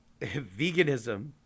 veganism